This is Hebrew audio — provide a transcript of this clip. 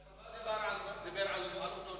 אתה דיברת על הנוהל, והצבא דיבר על אותו נוהל,